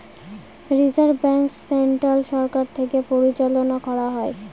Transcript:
reserve bank central সরকার থেকে পরিচালনা করা হয়